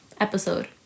episode